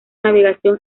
navegación